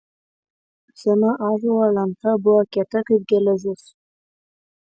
sena ąžuolo lenta buvo kieta kaip geležis